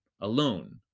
alone